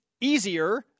easier